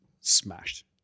smashed